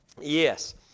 Yes